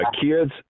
kids